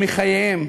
מחייהם,